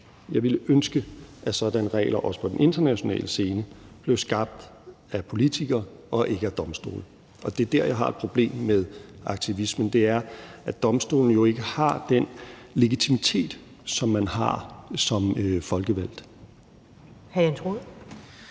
Jeg ville ønske, at sådanne regler også på den internationale scene blev skabt af politikere og ikke af domstole, og det er der, jeg har et problem med aktivismen. Det er, at domstolene jo ikke har den legitimitet, som man har som folkevalgt.